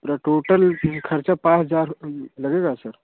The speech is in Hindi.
पूरा टोटल खर्चा पाँच हजार लगेगा सर